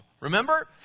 Remember